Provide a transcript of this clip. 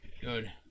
Good